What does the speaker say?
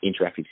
interactive